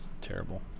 terrible